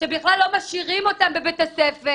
שבכלל לא משאירים אותם בבית הספר.